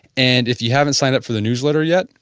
and if you haven't signed up for the newsletter yet,